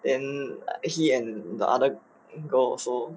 then he and the other girl also